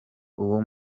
uwo